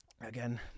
Again